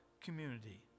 community